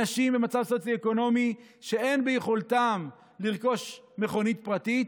אנשים במצב סוציו-אקונומי שאין ביכולתם לרכוש מכונית פרטית